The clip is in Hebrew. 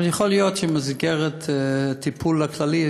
אבל יכול להיות שבמסגרת הטיפול הכללי,